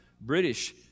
British